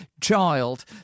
child